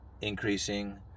increasing